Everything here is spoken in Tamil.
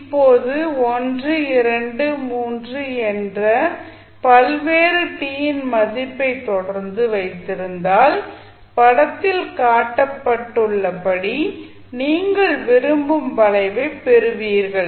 இப்போது 1 2 3 என பல்வேறு t இன் மதிப்பை தொடர்ந்து வைத்திருந்தால் படத்தில் காட்டப்பட்டுள்ளபடி நீங்கள் விரும்பும் வளைவைப் பெறுவீர்கள்